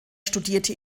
studierte